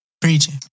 Preaching